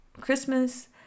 Christmas